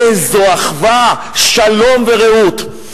איזו אחווה, שלום ורעות.